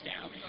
down